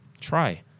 Try